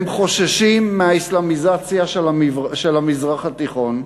הם חוששים מהאסלאמיזציה של המזרח התיכון,